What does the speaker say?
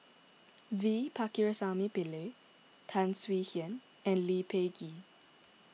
V Pakirisamy Pillai Tan Swie Hian and Lee Peh Gee